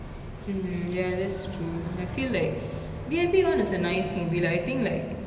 mm ya that's true I feel like V_I_P [one] was a nice movie like I think like